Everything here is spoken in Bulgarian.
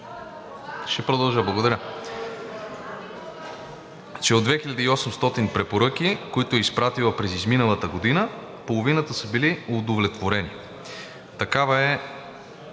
им професор Ковачева заяви, че от 2800 препоръки, които е изпратила през изминалата година, половината са били удовлетворени. Такава е